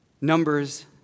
Numbers